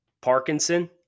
Parkinson